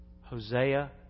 Hosea